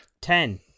Ten